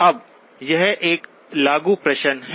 अब यह एक लागू प्रश्न है